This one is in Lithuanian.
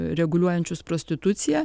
reguliuojančius prostituciją